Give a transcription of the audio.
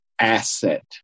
asset